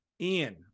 Ian